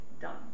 done